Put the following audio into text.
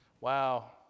Wow